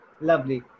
Lovely